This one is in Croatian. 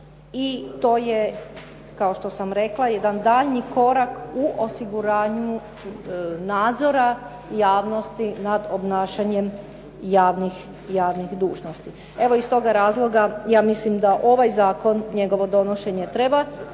I to je kao što sam rekla, jedan daljnji korak u osiguranju nadzora javnosti nad obnašanjem javnih dužnosti. Evo, iz toga razloga ja mislim da ovaj zakon, njegovo donošenje treba